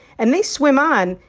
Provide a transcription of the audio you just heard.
and they swim on.